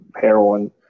heroin